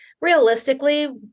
realistically